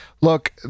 Look